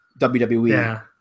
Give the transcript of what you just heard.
WWE